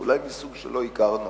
אולי מסוג שלא הכרנו,